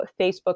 Facebook